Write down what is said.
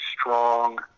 strong –